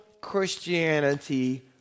Christianity